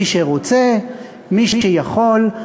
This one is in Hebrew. מי שרוצה, מי שיכול.